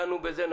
דנו בזה ואני